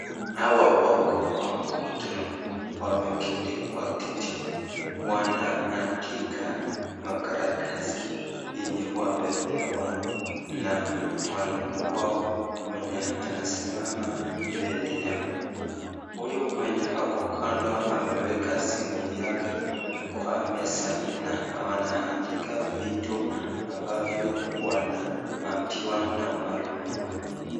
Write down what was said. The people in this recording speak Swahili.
Hawa wako Kwa mkutano wameketi Kwa kiti wanaandika makaratasi yenye wamepewa na mwalimu wao mwenye amesimama mbele yao huyo mwenye ako kando ameweka simu yake kwa meza na wanaandika vitu ambavyo wanambiwa na mwalimu wao.